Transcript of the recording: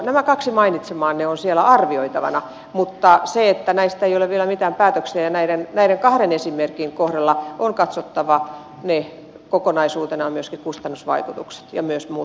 nämä kaksi mainitsemaanne asiaa on siellä arvioitavana mutta näistä ei ole vielä mitään päätöksiä tehty ja nämä kaksi esimerkkiä on katsottava kokonaisuutena myöskin kustannusvaikutukset ja myös muu